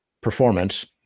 performance